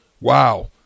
Wow